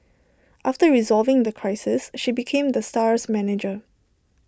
after resolving the crisis she became the star's manager